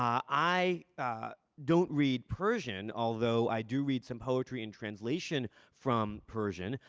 um i don't read persian, although i do read some poetry in translation from persian,